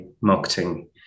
marketing